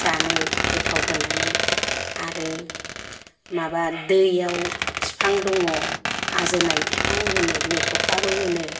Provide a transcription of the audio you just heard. जानो गोथाव होननानै आरो माबा दैयाव बिफां दङ आजोनाय बिफां होनो मेथ'खाबो होनो